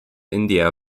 india